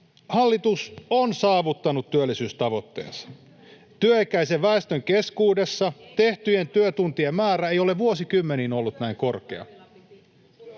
Hallitus on saavuttanut työllisyystavoitteensa. Työikäisen väestön keskuudessa tehtyjen työtuntien määrä ei ole vuosikymmeniin ollut näin korkea.